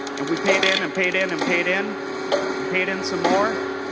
and we paid in and paid in and paid in and paid in some more